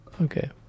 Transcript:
Okay